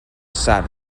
sad